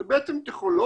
זה בעצם טכנולוגיה,